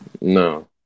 No